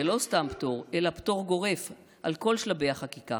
ולא סתם פטור, אלא פטור גורף על כל שלבי החקיקה.